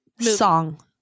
Song